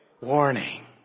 warning